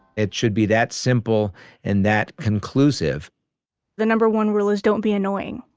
it should be that simple and that conclusive the number one rule is don't be annoying.